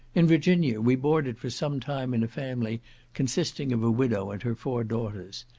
in virginia we boarded for some time in a family consisting of a widow and her four daughters,